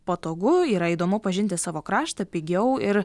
patogu yra įdomu pažinti savo kraštą pigiau ir